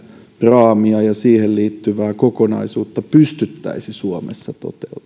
raamia ja siihen liittyvää kokonaisuutta pystyttäisi suomessa toteuttamaan